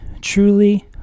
truly